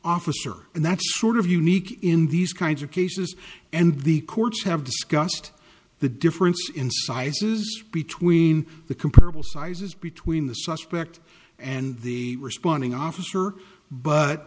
officer and that's sort of unique in these kinds of cases and the courts have discussed the difference in sizes between the comparable sizes between the suspect and the responding officer but